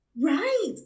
Right